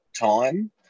time